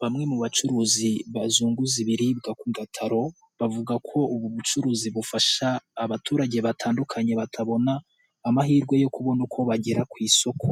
Bamwe mu bacuruzi bazunguza ibiribwa ku gataro, bavuga ko ubu bucuruzi bufasha abaturage batandukanye batabona amahirwe yo kubona uko bagera ku isoko,